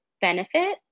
benefit